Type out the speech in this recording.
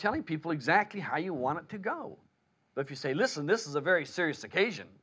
telling people exactly how you want to go if you say listen this is a very serious occasion